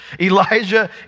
Elijah